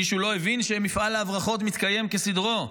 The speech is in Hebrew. מישהו לא הבין שמפעל ההברחות מתקיים כסדרו?